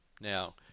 Now